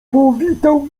powitał